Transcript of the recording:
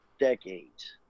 decades